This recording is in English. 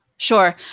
Sure